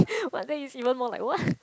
my dad is even more like what